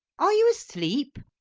are you asleep?